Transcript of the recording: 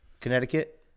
Connecticut